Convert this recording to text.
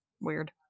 weird